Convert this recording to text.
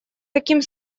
таким